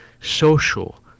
social